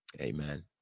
Amen